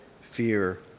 fear